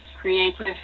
creative